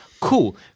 Cool